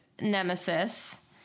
Nemesis